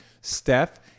Steph –